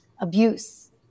abuse